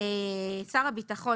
שר הביטחון,